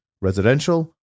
residential